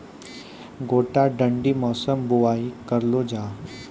गोटा ठंडी मौसम बुवाई करऽ लो जा?